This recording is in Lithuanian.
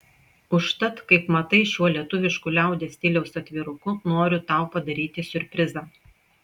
užtat kaip matai šiuo lietuvišku liaudies stiliaus atviruku noriu tau padaryti siurprizą